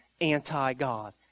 anti-God